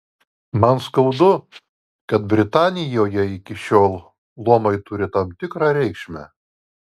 man skaudu kad britanijoje iki šiol luomai turi tam tikrą reikšmę